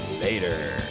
later